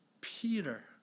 Peter